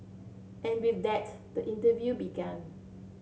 and with that the interview began